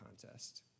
contest